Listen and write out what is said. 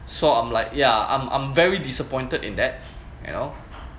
so I'm like ya I'm I'm very disappointed in that you know